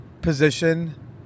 position